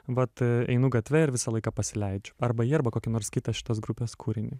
vat einu gatve ir visą laiką pasileidžiu arba jį arba kokį nors kitą šitos grupės kūrinį